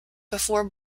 before